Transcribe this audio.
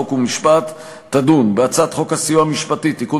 חוק ומשפט תדון בהצעת חוק הסיוע המשפטי (תיקון